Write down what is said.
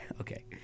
Okay